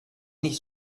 nicht